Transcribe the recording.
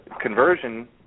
conversion